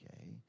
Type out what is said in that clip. Okay